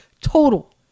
Total